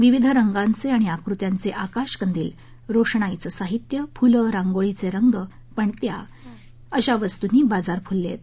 विविध रंगांचे आणि आकृत्यांचे आकाशकंदील रोषणाईचं साहित्य फूलं रांगोळीचे रंग पणत्या अशा वस्तुंनी बाजार फुलले आहेत